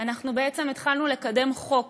אנחנו התחלנו לקדם חוק